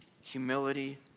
humility